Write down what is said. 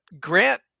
Grant